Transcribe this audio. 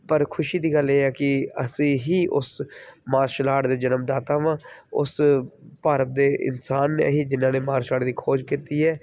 ਪਰ ਖੁਸ਼ੀ ਦੀ ਗੱਲ ਇਹ ਹੈ ਕਿ ਅਸੀਂ ਹੀ ਉਸ ਮਾਰਸ਼ਲ ਆਰਟ ਦੇ ਜਨਮਦਾਤਾ ਹਾਂ ਉਸ ਭਾਰਤ ਦੇ ਇਨਸਾਨ ਨੇ ਹੀ ਜਿਹਨਾਂ ਨੇ ਮਾਰਸ਼ਲ ਆਰਟ ਦੀ ਖੋਜ ਕੀਤੀ ਹੈ